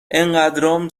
انقدرام